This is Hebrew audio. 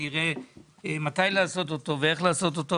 נראה מתי לקיים אותו ואיך לקיים אותו.